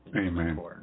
Amen